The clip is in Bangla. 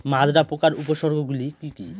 মাজরা পোকার উপসর্গগুলি কি কি?